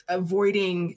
avoiding